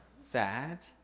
Sad